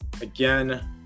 Again